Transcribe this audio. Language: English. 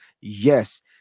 Yes